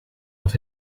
off